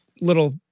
little